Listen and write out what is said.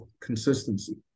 consistency